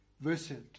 Visit